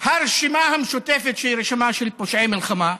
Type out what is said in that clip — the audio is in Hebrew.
הרשימה המשותפת שהיא רשימה של פושעי מלחמה,